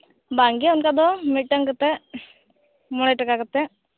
ᱵᱟᱝᱜᱮ ᱚᱱᱠᱟ ᱫᱚ ᱢᱤᱫᱴᱟᱹᱝ ᱠᱟᱛᱮᱫ ᱢᱚᱬᱮ ᱴᱟᱠᱟ ᱠᱟᱛᱮᱫ